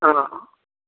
ఆ